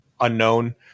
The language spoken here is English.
unknown